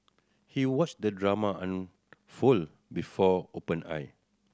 he watched the drama unfold before open eye